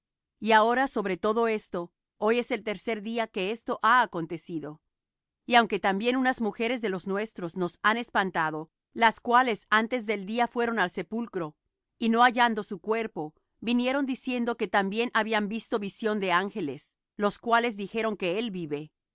y ahora sobre todo esto hoy es el tercer día que esto ha acontecido aunque también unas mujeres de los nuestros nos han espantado las cuales antes del día fueron al sepulcro y no hallando su cuerpo vinieron diciendo que también habían visto visión de ángeles los cuales dijeron que él vive